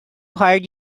hired